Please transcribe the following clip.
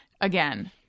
again